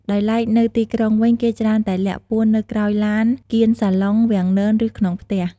ដោយឡែកនៅទីក្រុងវិញ គេច្រើនតែលាក់ពួននៅក្រោយឡាន កៀនសាឡុង វាំងនន ឬ ក្នុងផ្ទះ។